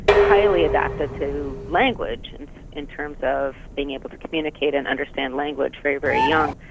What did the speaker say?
highly adapted to language and in terms of being able to communicate and understand language very, very young,